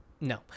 No